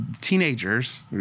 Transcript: teenagers